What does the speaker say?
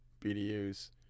BDUs